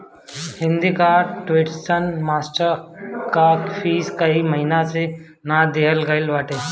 हिंदी कअ tuition master कअ fees कई महिना से ना देहल गईल बाटे